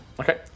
Okay